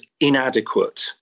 inadequate